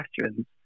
questions